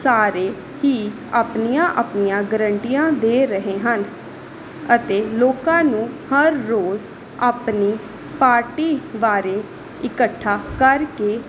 ਸਾਰੇ ਹੀ ਆਪਣੀਆਂ ਆਪਣੀਆਂ ਗਰੰਟੀਆਂ ਦੇ ਰਹੇ ਹਨ ਅਤੇ ਲੋਕਾਂ ਨੂੰ ਹਰ ਰੋਜ਼ ਆਪਣੀ ਪਾਰਟੀ ਬਾਰੇ ਇਕੱਠਾ ਕਰਕੇ